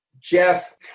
Jeff